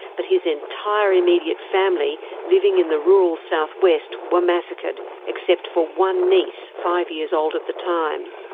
but his entire immediate family, living in the rural southwest, were massacred, except for one niece, five years old at the time.